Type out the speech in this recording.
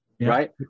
right